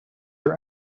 are